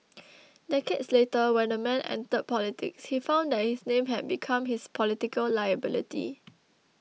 decades later when the man entered politics he found that his name had become his political liability